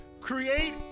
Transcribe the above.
Create